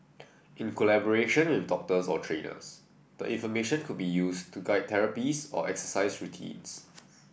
in collaboration with doctors or trainers the information could be used to guide therapies or exercise routines